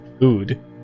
food